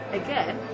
again